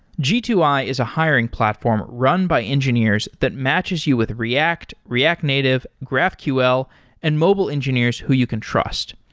g two i is a hiring platform run by engineers that matches you with react, react native, graphql and mobile engineers who you can trust.